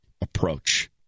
approach